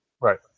Right